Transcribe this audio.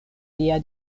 lia